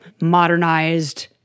modernized